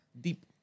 deep